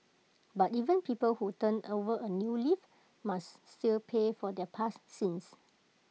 but even people who turn over A new leaf must still pay for their past sins